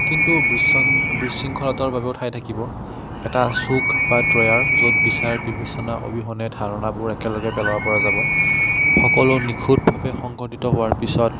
কিন্তু বিশ্ৰণ বিশৃংখলতাৰ বাবেও ঠাই থাকিব এটা চুক বা ড্ৰয়াৰ য'ত বিচাৰ বিবেচনা অবিহনে ধাৰণাবোৰ একেলগে পেলাব পৰা যাব সকলো নিখুঁটভাৱে সংঘটিত হোৱাৰ পিছত